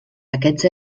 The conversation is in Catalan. aquests